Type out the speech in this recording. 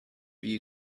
you